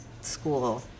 school